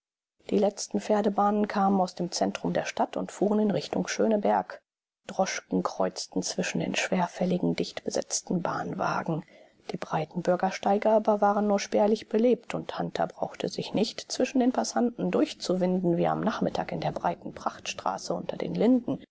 die letzten pferdebahnen kamen aus dem zentrum der stadt und fuhren in richtung schöneberg droschken kreuzten zwischen den schwerfälligen dichtbesetzten bahnwagen die breiten bürgersteige aber waren nur spärlich belebt und hunter brauchte sich nicht zwischen den passanten durchzuwinden wie am nachmittag in der breiten prachtstraße unter den linden